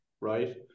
right